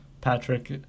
Patrick